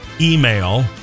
email